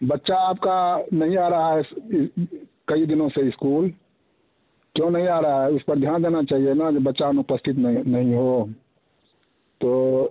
बच्चा आपका नहीं आ रहा है कई दिनों से इस्कूल क्यों नहीं आ रहा है इस पर ध्यान देना चाहिए ना ये बच्चा अनुपस्थित नहीं नहीं हो तो